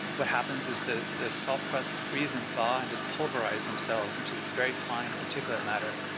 what happens is the the salt crusts freeze and thaw and just pulverize themselves into this very fine particulate matter.